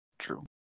true